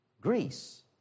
Greece